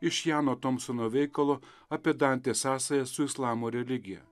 iš jano tomsono veikalo apie dantės sąsajas su islamo religija